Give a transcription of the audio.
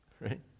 Right